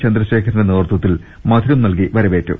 ചന്ദ്രശേഖരന്റെ നേതൃത്വത്തിൽ മധുരം നൽകി വരവേറ്റു